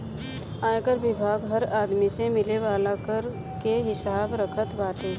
आयकर विभाग हर आदमी से मिले वाला कर के हिसाब रखत बाटे